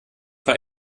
für